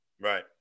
Right